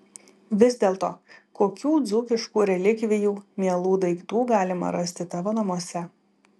vis dėlto kokių dzūkiškų relikvijų mielų daiktų galima rasti tavo namuose